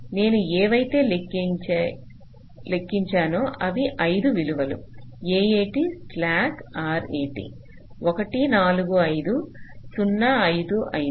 నేను ఏవైతే లెక్కించే నో అవి 5 విలువలు AAT స్లాక్ RAT 1 4 5 0 5 5